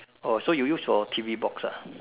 oh so you use your T_V box ah